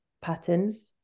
patterns